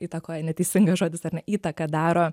įtakoja neteisingas žodis ar ne įtaką daro